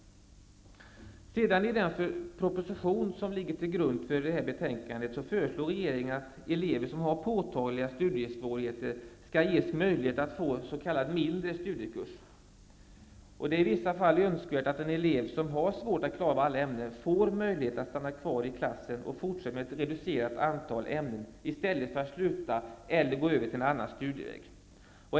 I den proposition som ligger till grund för detta betänkande föreslår regeringen att elever som har påtagliga studiesvårigheter skall ges möjlighet att få s.k. mindre studiekurs. Det är i vissa fall önskvärt att en elev som har svårt att klara av alla ämnen får möjlighet att stanna kvar i klassen och fortsätta med ett reducerat antal ämnen, i stället för att sluta eller gå över till en annan studieväg.